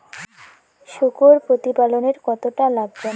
শূকর প্রতিপালনের কতটা লাভজনক?